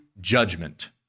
judgment